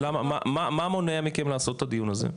מה מונע ממכם לעשות את הדיון הזה?